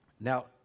Now